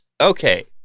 okay